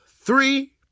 three